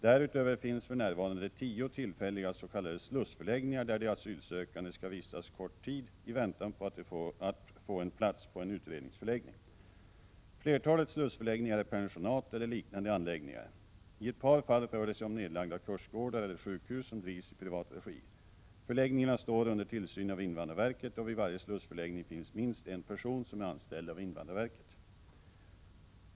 Därutöver finns för närvarande tio tillfälliga s.k. slussförläggningar där de asylsökande skall vistas kort tid i väntan på att få en plats på en utredningsförläggning. Flertalet slussförläggningar är pensionat eller liknande anläggningar. I ett par fall rör det sig om nedlagda kursgårdar eller sjukhus som drivs i privat regi. Förläggningarna står under tillsyn av invandrarverket och vid varje slussförläggning finns minst en person som är anställd av invandrarverket.